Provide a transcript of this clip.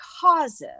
causes